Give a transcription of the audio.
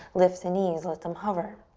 lift the knees, let them hover.